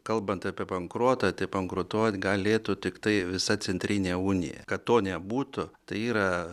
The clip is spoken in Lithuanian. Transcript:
kalbant apie bankrotą tai bankrutuot galėtų tiktai visa centrinė unija kad to nebūtų tai yra